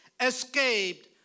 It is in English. escaped